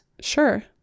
sure